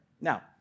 Now